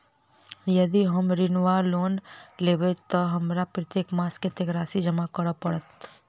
यदि हम ऋण वा लोन लेबै तऽ हमरा प्रत्येक मास कत्तेक राशि जमा करऽ पड़त?